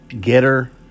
Getter